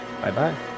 Bye-bye